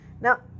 Now